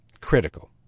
Critical